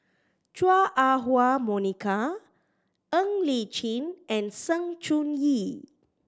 Chua Ah Huwa Monica Ng Li Chin and Sng Choon Yee